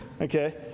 okay